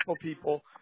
people